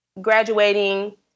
graduating